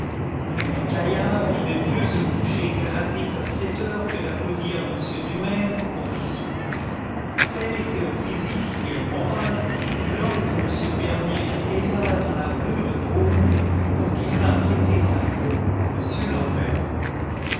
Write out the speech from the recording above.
mon gaillard aimait mieux se coucher gratis à sept heures que d'applaudir m dumaine pour dix sous content from google book search generated at tel était au physique et au moral l'homme que m beroier héla dans la rue de beaune pour qu'il vint prêter de sa peau à m l'ambert